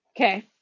Okay